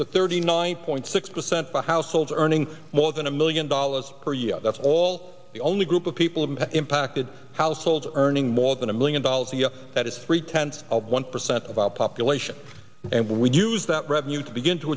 to thirty nine point six percent for households earning more than a million dollars per year that's all the only group of people impacted households earning more than a million dollars the that is three tenths of one percent of our population and we use that revenue to begin to